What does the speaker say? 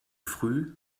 früh